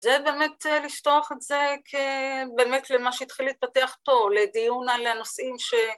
זה באמת לשטוח את זה כבאמת למה שהתחיל להתפתח פה לדיון על הנושאים ש...